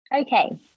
okay